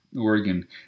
Oregon